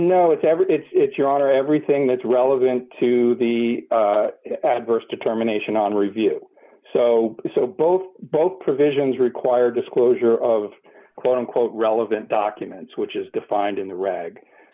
no it's ever it's your honor everything that's relevant to the adverse determination on review so both both provisions require disclosure of quote unquote relevant documents which is defined in the r